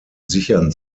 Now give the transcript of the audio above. sichern